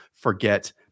forget